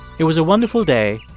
it was a wonderful day,